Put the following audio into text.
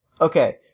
Okay